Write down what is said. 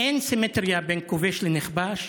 אין סימטריה בין כובש לנכבש.